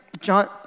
John